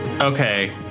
Okay